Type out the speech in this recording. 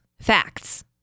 Facts